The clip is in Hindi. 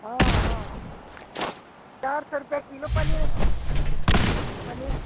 हाँ हाँ चार सौ रुपये किलो पनीर है पनीर